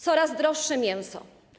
Coraz droższe mięso.